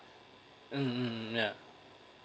mm mm ya